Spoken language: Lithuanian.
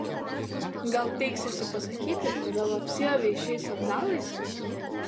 gal teiksiesi pasakyti kodėl apsiavei šiais sandalais